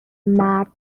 مرد